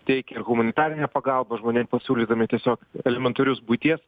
teikė humanitarinę pagalbą žmonėm pasiūlydami tiesiog elementarius buities